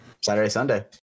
Saturday-Sunday